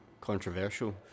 controversial